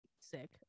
sick